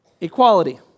Equality